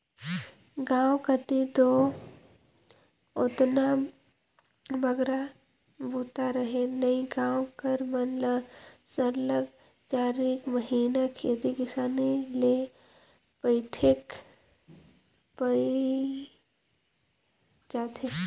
गाँव कती दो ओतना बगरा बूता रहें नई गाँव कर मन ल सरलग चारिक महिना खेती किसानी ले पइठेक पइर जाथे